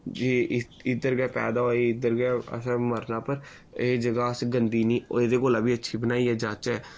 जे इद्धर गै पैदा होऐ इद्धर गै असैं मरना पर एह् जगह अस गंदी नि एह्दे कोला बी अच्छी बनाइयै जाह्चै